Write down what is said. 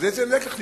אז איזה לקח נלמד?